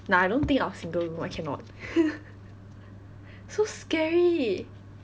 no I don't think I will single room I cannot so scary